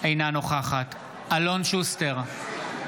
אינה נוכחת אלון שוסטר,